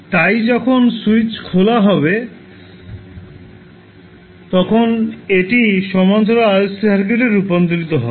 তাই যখন সুইচ খোলা হবে তখন এটি সমান্তরাল RLC সার্কিটে রূপান্তরিত হবে